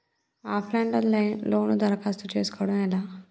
Of line లో loan దరఖాస్తు చేసుకోవడం ఎలా?